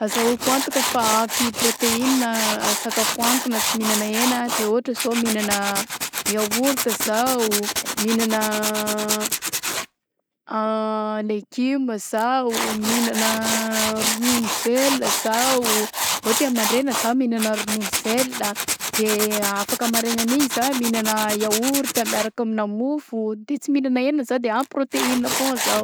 Azahoako antoka fa ampy prôteina sakafo hohaniko na tsy mihignana hena ah de ôhatra zao mihignana yaourt zaho mihignana an legioma zao mihignana a ronono velona zaho ôhatra zao amy mandregna zao mihignana ronono velona de afaka maraignan'igny zah mihignana yaourt miaraka aminà mofo de sy mihignana hena zah de efa ampy proteine foagnany zaho.